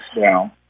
down